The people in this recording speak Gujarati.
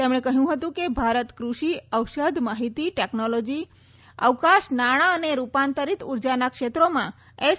તેમણે કહ્યું હતું કે ભારત ક્રષિ ઔષધ માહિતી ટેકનોલોજી અવકાશ નાણા અને રૂપાંતરિત ઊર્જાના ક્ષેત્રોમાં એસ